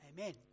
Amen